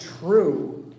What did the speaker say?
true